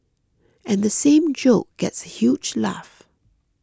and the same joke gets a huge laugh